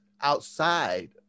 outside